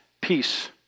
peace